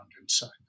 inside